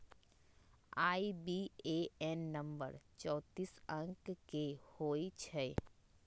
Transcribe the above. IBAN number चौतीस अंक के होइ छइ